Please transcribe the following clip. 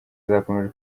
zakomeje